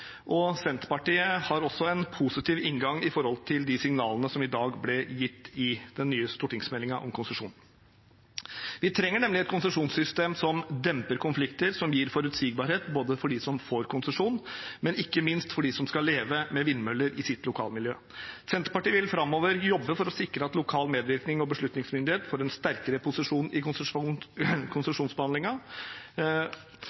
og Senterpartiet har også en positiv inngang til de signalene som i dag ble gitt i den nye stortingsmeldingen om konsesjoner. Vi trenger nemlig et konsesjonssystem som demper konflikter, og som gir forutsigbarhet både for dem som gir konsesjon, og – ikke minst – for dem som skal leve med vindmøller i sitt lokalmiljø. Senterpartiet vil framover jobbe for å sikre at lokal medvirkning og beslutningsmyndighet får en sterkere posisjon i